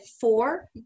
four